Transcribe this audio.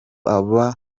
aba